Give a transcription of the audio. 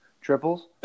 Triples